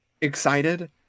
excited